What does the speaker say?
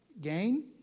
gain